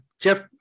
Jeff